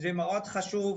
זה מאוד חשוב.